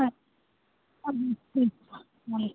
اَدٕ حظ ٹھیٖک وعلیکُم